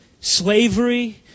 slavery